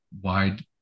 wide